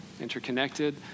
interconnected